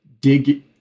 dig